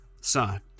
Son